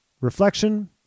reflection